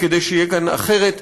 וכדי שיהיה כאן אחרת,